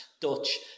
Dutch